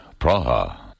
Praha